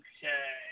Okay